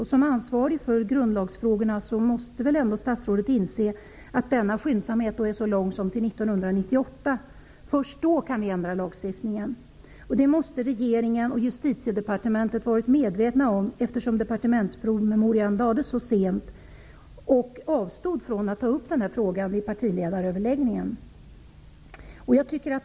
Såsom ansvarig för grundlagsfrågorna måste väl ändå statsrådet inse att denna skyndsamhet är så långsam som fram till 1998. Det är nämligen först då som vi kan ändra lagstiftningen. Det måste regeringen och Justitiedepartementet varit medvetna om, eftersom departementspromemorian lades fram så sent och eftersom man vid partiledaröverläggningen avstod från att ta upp frågan.